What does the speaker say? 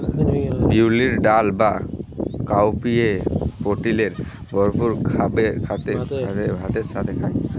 বিউলির ডাল বা কাউপিএ প্রটিলের ভরপুর ভাতের সাথে খায়